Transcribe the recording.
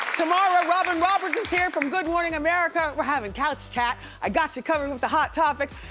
tomorrow robin roberts is here from good morning america. we're having couch chat. i've got you covered with the hot topics.